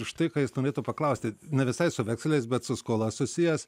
ir štai ką jis norėtų paklausti ne visai su vekseliais bet su skola susijęs